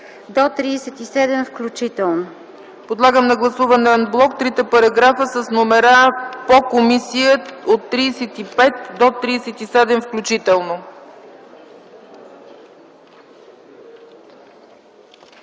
до 37 включително.